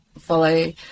follow